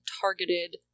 targeted